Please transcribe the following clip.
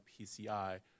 PCI